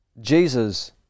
Jesus